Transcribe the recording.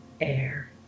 air